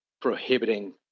prohibiting